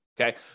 okay